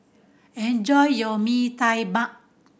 enjoy your mee tai bak